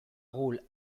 rôle